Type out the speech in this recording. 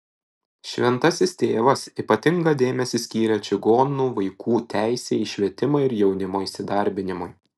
šventasis tėvas ypatingą dėmesį skyrė čigonų vaikų teisei į švietimą ir jaunimo įsidarbinimui